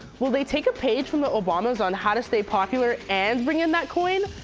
will they take a page from the obamas on how to stay popular and bring in that coin?